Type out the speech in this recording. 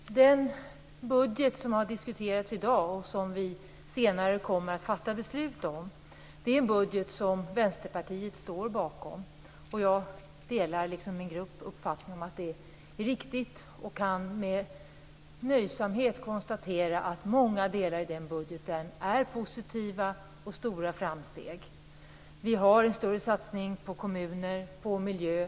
Fru talman! Den budget som har diskuterats i dag, och som vi senare kommer att fatta beslut om, är en budget som Vänsterpartiet står bakom. Jag delar, liksom min grupp, uppfattningen att den är viktig och kan med nöjsamhet konstatera att många delar i den budgeten är positiva och stora framsteg. Vi har en större satsning på kommuner och på miljön.